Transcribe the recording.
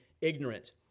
ignorant